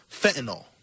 fentanyl